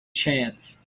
chance